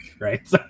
right